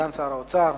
סגן שר האוצר,